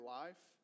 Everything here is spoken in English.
life